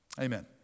Amen